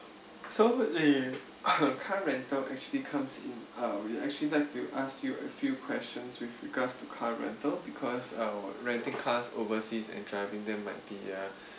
so the car rental actually comes in uh we actually like to ask you a few questions with regards to car rental because uh renting cars overseas and driving them might be a